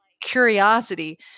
Curiosity